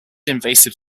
invasive